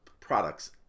products